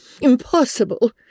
impossible